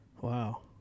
Wow